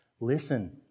Listen